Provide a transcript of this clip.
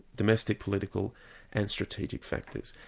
domestic political and strategic factors.